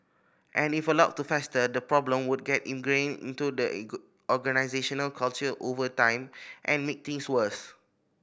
and if allowed to fester the problem would get ingrained into the organisational culture over time and make things worse